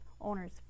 owners